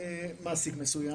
מעסיק מסוים.